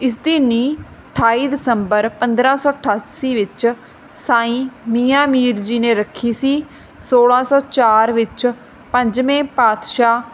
ਇਸਦੀ ਨੀਂਹ ਅਠਾਈ ਦਸੰਬਰ ਪੰਦਰਾਂ ਸੌ ਅਠਾਸੀ ਵਿੱਚ ਸਾਈ ਮੀਆਂ ਮੀਰ ਜੀ ਨੇ ਰੱਖੀ ਸੀ ਸੌਲਾਂ ਸੌ ਚਾਰ ਵਿੱਚ ਪੰਜਵੇਂ ਪਾਤਸ਼ਾਹ